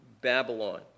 Babylon